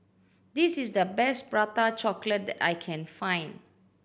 this is the best Prata Chocolate that I can find